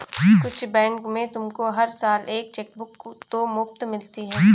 कुछ बैंक में तुमको हर साल एक चेकबुक तो मुफ़्त मिलती है